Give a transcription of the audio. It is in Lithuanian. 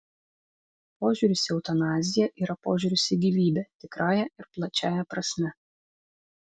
požiūris į eutanaziją yra požiūris į gyvybę tikrąja ir plačiąja prasme